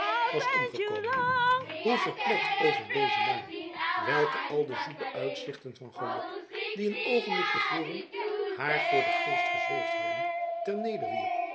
was omgekomen hoe verplet over deze maar welke al de zoete uitzichten van geluk die een oogenblik te voren haar voor den geest gezweefd hadden ter